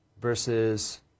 versus